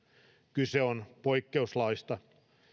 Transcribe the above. kyse on poikkeuslaista